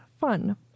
fun